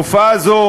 תופעה זו,